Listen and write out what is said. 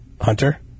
Hunter